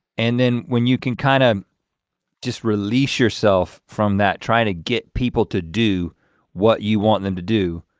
and then when you can kinda kind of just release yourself from that trying to get people to do what you want them to do,